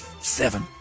Seven